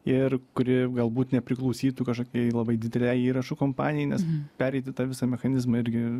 ir kuri galbūt nepriklausytų kažkokiai labai didelei įrašų kompanijai nes pereiti tą visą mechanizmą irgi